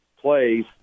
plays